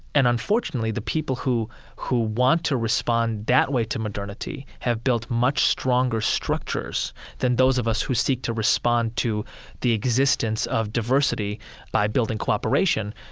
and, unfortunately, the people, who who want to respond that way to modernity, have built much stronger structures than those of us who seek to respond to the existence of diversity by building cooperation.